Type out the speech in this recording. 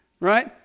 right